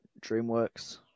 DreamWorks